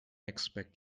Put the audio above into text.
expect